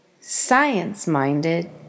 science-minded